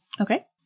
Okay